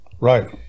right